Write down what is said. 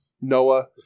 noah